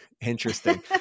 interesting